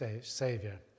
Savior